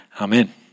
Amen